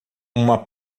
uma